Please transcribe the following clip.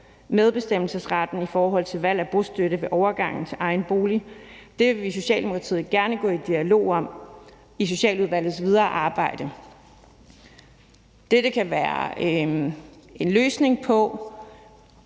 medbestemmelsesretten i forhold til valg af bostøtte ved overgangen til egen bolig. Det vil vi i Socialdemokratiet gerne gå i dialog om i Socialudvalgets videre arbejde. Dette kan være en løsning på